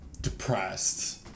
depressed